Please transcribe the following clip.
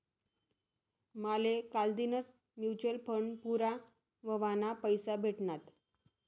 माले कालदीनच mutual fund पूरा व्हवाना पैसा भेटनात